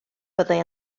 byddai